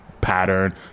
pattern